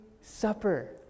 supper